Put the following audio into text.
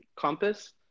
compass